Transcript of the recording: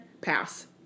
Pass